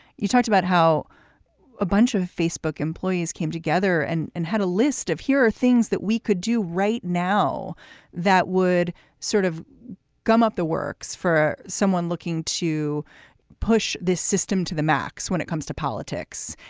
you talked about how a bunch of facebook employees came together and and had a list of here are things that we could do right now that would sort of gum up the works for someone looking to push this system to the max when it comes to politics.